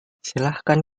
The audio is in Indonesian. silakan